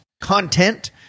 content